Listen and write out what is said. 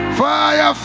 fire